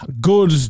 good